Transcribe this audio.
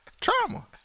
Trauma